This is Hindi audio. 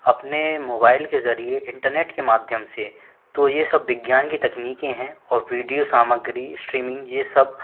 अपने मोबाइल के ज़रिए इंटरनेट के माध्यम से तो ये सब विज्ञान की तकनीकें हैं और विडियो सामग्री स्ट्रीमिंग ये सब